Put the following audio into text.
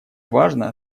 важно